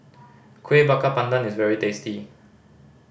Kueh Bakar Pandan is very tasty